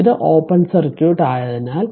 ഇത് open circuit ആയതിനാൽ